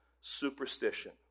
superstition